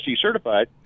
certified